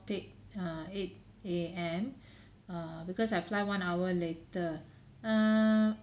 take uh eight A_M err because I fly one hour later err